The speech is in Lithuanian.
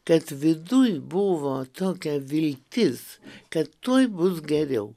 kad viduj buvo tokia viltis kad tuoj bus geriau